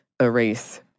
erase